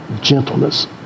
gentleness